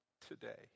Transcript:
Today